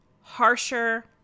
harsher